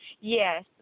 Yes